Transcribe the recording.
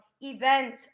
event